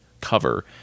cover